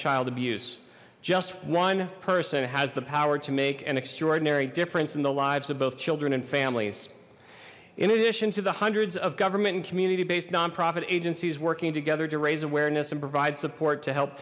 child abuse just one person has the power to make an extraordinary difference in the lives of both children and families in addition to the hundreds of government and community based nonprofit agencies working together to raise awareness and provide support to help